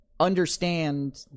Understand